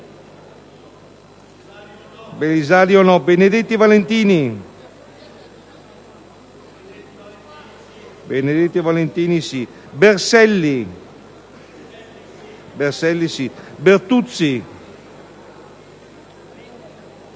Benedetti Valentini, Berselli, Bettamio,